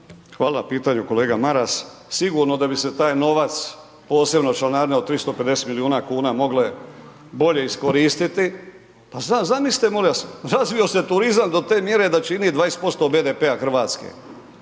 Hvala na pitanju kolega Maras. Sigurno da bi se taj novac, posebno članarine od 350 milijuna kuna mogle bolje iskoristiti. Pa zamislite molim vas, razvio se turizam do te mjere da čini 20% BDP-a RH.